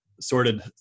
sorted